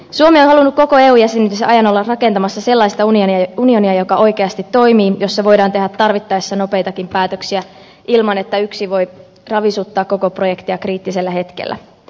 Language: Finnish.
suomi on halunnut koko eu jäsenyytensä ajan olla rakentamassa sellaista unionia joka oikeasti toimii ja jossa voidaan tehdä tarvittaessa nopeitakin päätöksiä ilman että yksi voi ravisuttaa koko projektia kriittisellä hetkellä